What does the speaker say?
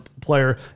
player